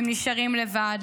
הם נשארים לבד,